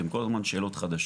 הן כל הזמן שאלות חדשות.